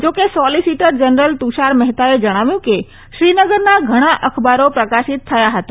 જા કે solicitor general Tushar મહેતાએ જણાવ્યું કે શ્રીનગરનાં ઘણા અખબારો પ્રકાશિત થયાં હતા